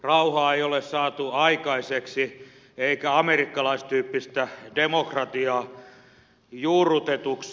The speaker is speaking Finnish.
rauhaa ei ole saatu aikaiseksi eikä amerikkalaistyyppistä demokratiaa juurrutetuksi